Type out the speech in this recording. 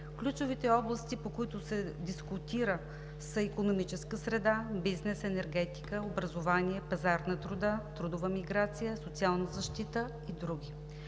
Ключовите области, по които се дискутира, са: икономическа среда, бизнес, енергетика, образование, пазар на труда, трудова миграция, социална защита и други.